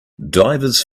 divers